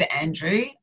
Andrew